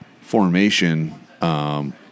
formation